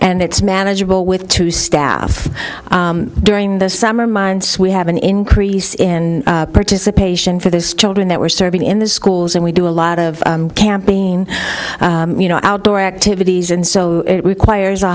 and it's manageable with two staff during the summer months we have an increase in participation for this children that we're serving in the schools and we do a lot of camping you know outdoor activities and so it requires a